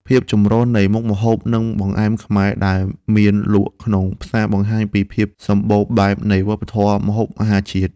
ភាពចម្រុះនៃមុខម្ហូបនិងបង្អែមខ្មែរដែលមានលក់ក្នុងផ្សារបង្ហាញពីភាពសម្បូរបែបនៃវប្បធម៌ម្ហូបអាហារជាតិ។